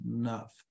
enough